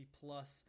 plus